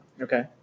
Okay